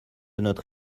notre